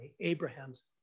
Abraham's